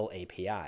API